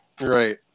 Right